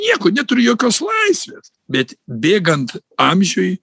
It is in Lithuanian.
nieko neturi jokios laisvės bet bėgant amžiui